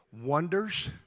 wonders